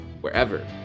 wherever